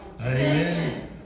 Amen